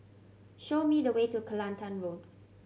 show me the way to Kelantan Road